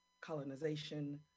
colonization